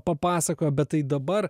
papasakojo bet tai dabar